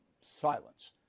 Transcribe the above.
silence